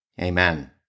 Amen